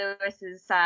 Lewis's